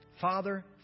Father